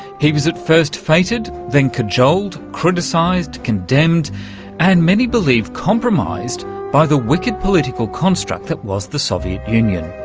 he was at first feted, then cajoled, criticised, condemned and many believe compromised by the wicked political construct that was the soviet union.